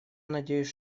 надеюсь